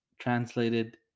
translated